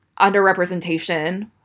underrepresentation